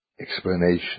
explanation